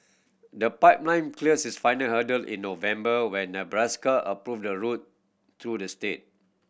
the pipeline cleared its final hurdle in November when Nebraska approved the route through the state